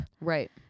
Right